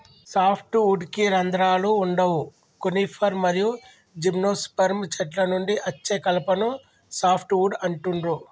soft వుడ్కి రంధ్రాలు వుండవు కోనిఫర్ మరియు జిమ్నోస్పెర్మ్ చెట్ల నుండి అచ్చే కలపను సాఫ్ట్ వుడ్ అంటుండ్రు